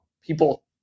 people